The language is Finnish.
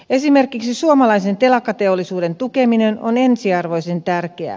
esimerkiksi suomalaisen telakkateollisuuden tukeminen on ensiarvoisen tärkeää